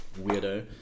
weirdo